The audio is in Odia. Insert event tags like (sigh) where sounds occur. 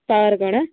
ପାୱାର (unintelligible)